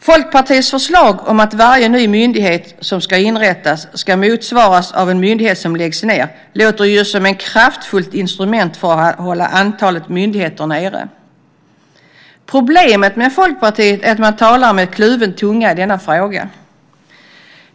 Folkpartiets förslag om att varje ny myndighet som inrättas ska motsvaras av en myndighet som läggs ned låter ju som ett kraftfullt instrument för att hålla antalet myndigheter nere. Problemet med Folkpartiet är att man talar med kluven tunga i denna fråga.